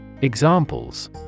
Examples